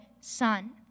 Son